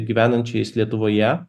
gyvenančiais lietuvoje